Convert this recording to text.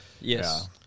Yes